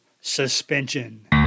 suspension